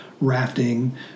rafting